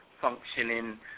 functioning